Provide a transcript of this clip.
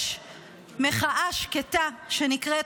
יש מחאה שקטה שנקראת